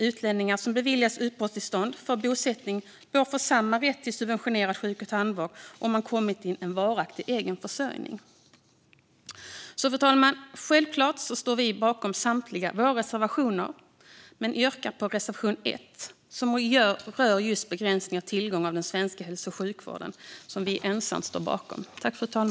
Utlänningar som beviljats uppehållstillstånd för bosättning bör få samma rätt till subventionerad sjuk och tandvård om man har kommit i varaktig egen försörjning. Fru talman! Självklart står vi bakom samtliga våra reservationer, men jag yrkar bifall till reservation 1 som rör just begränsning av tillgången till den svenska hälso och sjukvården och som vi står ensamt bakom.